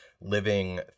living